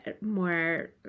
more